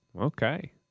okay